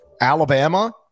Alabama